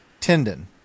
tendon